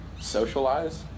socialize